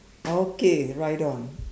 okay right on